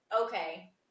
okay